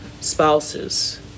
spouses